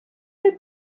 are